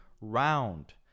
round